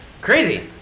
Crazy